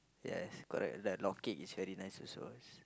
yes correct like log cake is very nice also